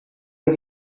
ihr